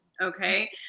okay